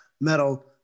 metal